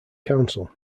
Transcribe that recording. council